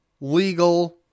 legal